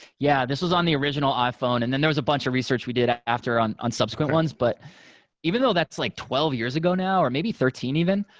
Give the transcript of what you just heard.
yeah. this was on the original iphone. and then there was a bunch of research we did after on on subsequent ones, but even though that's like twelve years ago now or maybe thirteen even,